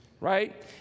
right